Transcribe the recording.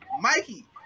mikey